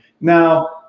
Now